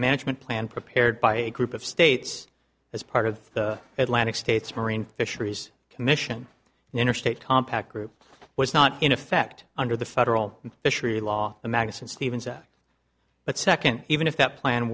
management plan prepared by a group of states as part of the atlanta states marine fisheries commission interstate compact group was not in effect under the federal fishery law the magazine stevens act but second even if that plan